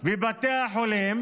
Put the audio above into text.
בבתי החולים,